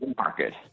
market